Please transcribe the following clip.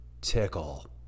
Tickle